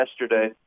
yesterday